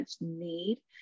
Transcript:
need